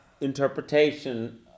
interpretation